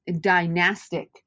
dynastic